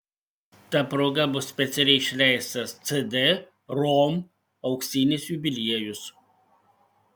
ta proga bus specialiai išleistas cd rom auksinis jubiliejus